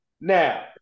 Now